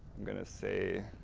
going to say,